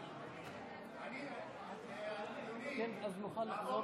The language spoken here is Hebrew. אדוני, לעבור לחוק הבא.